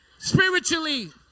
spiritually